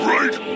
Right